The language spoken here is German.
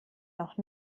noch